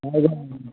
Raigad